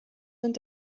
sind